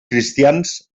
cristians